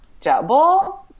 double